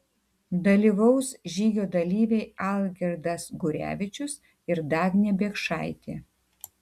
dalyvaus žygio dalyviai algirdas gurevičius ir dagnė biekšaitė